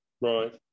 Right